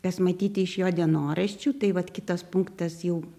kas matyti iš jo dienoraščių tai vat kitas punktas jau